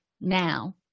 now